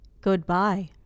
Goodbye